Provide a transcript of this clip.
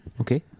okay